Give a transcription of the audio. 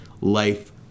life